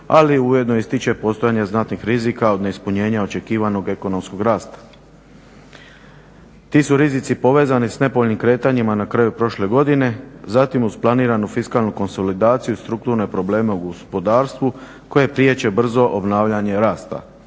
ali ujedno ističe postojanje znatnih rizika od neispunjenja očekivanog ekonomskog rasta. Ti su rizici povezani sa nepovoljnim kretanjima na kraju prošle godine, zatim uz planiranu fiskalnu konsolidaciju strukturne probleme u gospodarstvu koje priječe brzo obnavljanje rasta.